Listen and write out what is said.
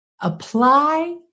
apply